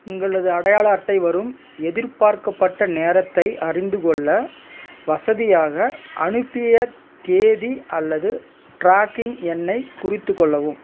உங்களது அடையாள அட்டை வரும் எதிர்பார்க்கப்பட்ட நேரத்தை அறிந்துகொள்ள வசதியாக அனுப்பிய தேதி அல்லது ட்ராக்கிங் எண்ணை குறித்துக் கொள்ளவும்